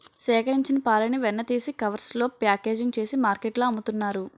సేకరించిన పాలని వెన్న తీసి కవర్స్ లో ప్యాకింగ్ చేసి మార్కెట్లో అమ్ముతున్నారు